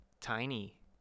tiny